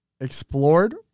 explored